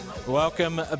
Welcome